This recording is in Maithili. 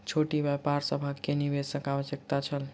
छोट व्यापार सभ के निवेशक आवश्यकता छल